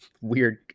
weird